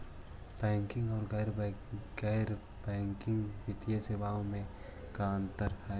Banking और गैर banking वित्तीय सेवाओं में का अंतर हइ?